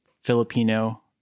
Filipino